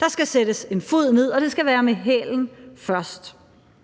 Der skal sættes en fod ned, og det skal være med hælen først.